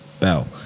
Bell